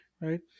right